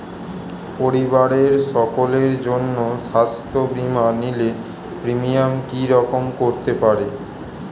পরিবারের সকলের জন্য স্বাস্থ্য বীমা নিলে প্রিমিয়াম কি রকম করতে পারে?